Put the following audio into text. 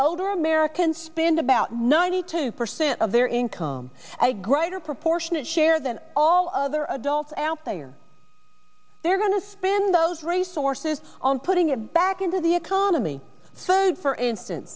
older americans spend about ninety two percent of their income a greater proportionate share than all other adults out there they're going to spend those resources on putting it back into the economy so for instance